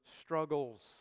struggles